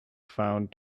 found